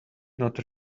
not